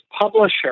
publisher